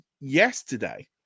yesterday